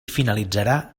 finalitzarà